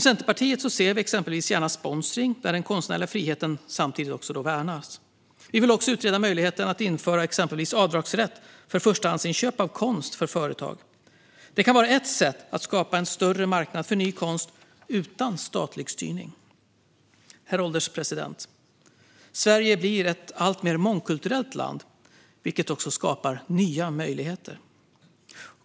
Centerpartiet ser exempelvis gärna sponsring där den konstnärliga friheten samtidigt värnas. Vi vill också utreda möjligheten att införa till exempel avdragsrätt för förstahandsinköp av konst för företag. Det kan vara ett sätt att skapa en större marknad för ny konst utan statlig styrning. Herr ålderspresident! Sverige blir alltmer ett mångkulturellt land, vilket skapar nya möjligheter.